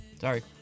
Sorry